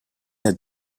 del